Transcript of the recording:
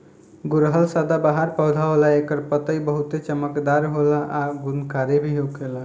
गुड़हल सदाबाहर पौधा होला एकर पतइ बहुते चमकदार होला आ गुणकारी भी होखेला